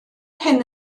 hyn